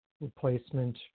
replacement